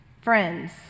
Friends